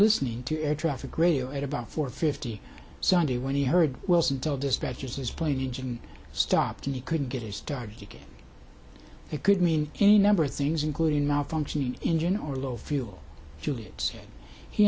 listening to air traffic radio at about four fifty sunday when he heard wilson tell dispatchers his plane engine stopped and he couldn't get it started again it could mean any number of things including malfunctioning engine or low fuel